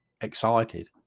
excited